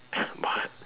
what